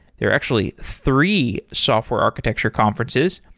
there are actually three software architecture conferences.